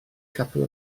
capel